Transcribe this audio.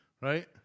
right